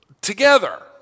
Together